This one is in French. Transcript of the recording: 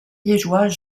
liégeois